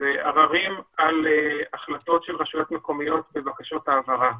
עררים על החלטות של רשויות מקומיות בבקשות העברה.